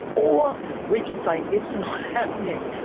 or we can say it's not happening,